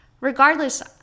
regardless